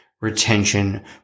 retention